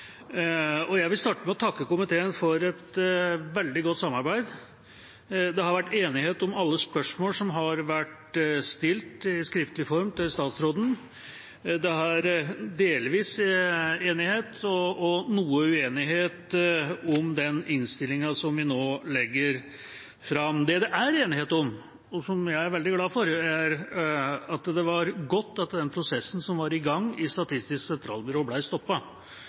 Jeg vil starte med å takke komiteen for et veldig godt samarbeid. Det har vært enighet om alle spørsmål som har vært stilt i skriftlig form til statsråden. Det har vært delvis enighet og noe uenighet om den innstillinga som vi nå legger fram. Det det er enighet om, og som jeg er veldig glad for, er at det var godt at den prosessen som var i gang i Statistisk sentralbyrå,